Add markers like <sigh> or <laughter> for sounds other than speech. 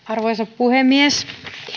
<unintelligible> arvoisa puhemies